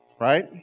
right